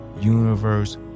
universe